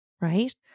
right